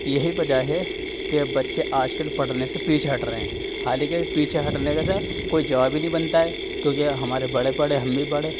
یہی وجہ ہے کہ بچے آج کل پڑھنے سے پیچھے ہٹ رہے ہیں حالاںکہ پیچھے ہٹنے کے سے کوئی جواب ہی نہیں بنتا ہے کیوںکہ ہمارے بڑے پڑھے ہم بھی پڑھے